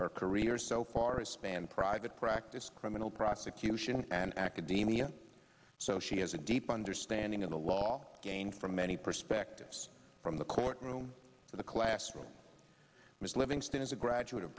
her career so far is spanned private practice criminal prosecution and academia so she has a deep understanding of the law again from many perspectives from the courtroom for the classroom mrs livingston is a graduate of